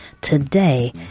today